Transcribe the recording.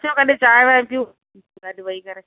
अचो कॾहिं चांहिं वांय पियूं गॾु वही करे